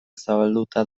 zabalduta